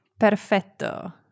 Perfetto